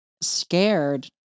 scared